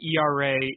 ERA